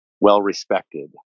well-respected